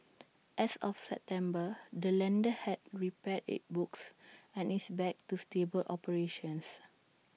as of September the lender had repaired its books and is back to stable operations